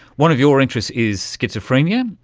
one of your interests is schizophrenia.